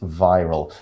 viral